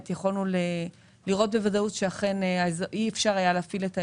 יכולנו לראות שאי אפשר היה להפעיל את העסק.